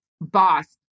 boss